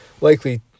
likely